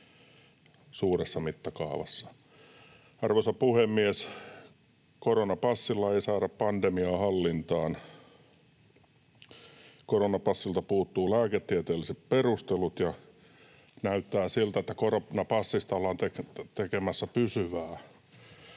suuressa mittakaavassa. Arvoisa puhemies! Koronapassilla ei saada pandemiaa hallintaan. Koronapassilta puuttuvat lääketieteelliset perustelut, ja näyttää siltä, että koronapassista ollaan tekemässä pysyvää